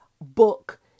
book